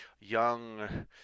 young